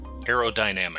Aerodynamic